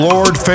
Lord